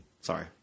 Sorry